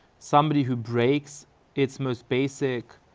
somebody who breaks its most basic